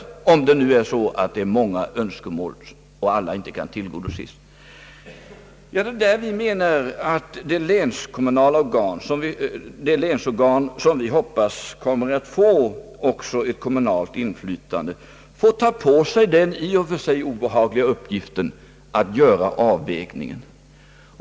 Det är där vi menar att länsorganen, som vi hoppas kommer att få också ett kommunalt inflytande, skall ta på sig den i och för sig obehagliga uppgiften att göra en avvägning.